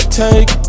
take